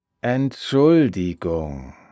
Entschuldigung